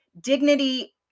Dignity